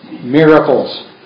miracles